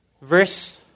verse